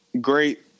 great